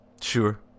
Sure